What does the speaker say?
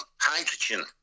hydrogen